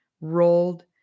rolled